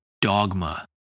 dogma